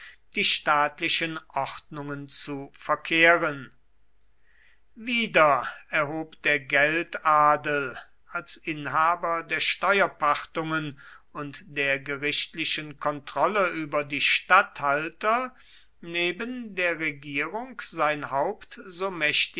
die staatlichen ordnungen zu verkehren wieder erhob der geldadel als inhaber der steuerpachtungen und der gerichtlichen kontrolle über die statthalter neben der regierung sein